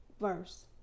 verse